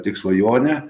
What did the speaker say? tik svajonė